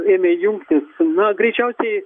ėmė jungtis na greičiausiai